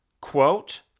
quote